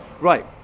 Right